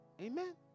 Amen